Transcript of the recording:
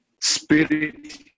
Spirit